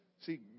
See